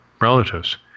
relatives